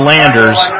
Landers